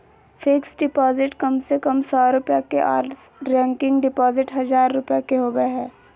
fixed deposit कम से कम सौ रुपया के आर रेकरिंग डिपॉजिट हजार रुपया के होबय हय